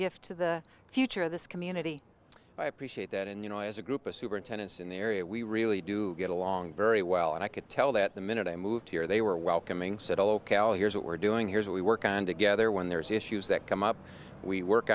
gift to the future of this community i appreciate that and you know as a group of superintendents in the area we really do get along very well and i could tell that the minute i moved here they were welcoming said ok well here's what we're doing here's what we work on together when there's issues that come up we work